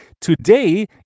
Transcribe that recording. today